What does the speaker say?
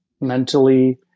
mentally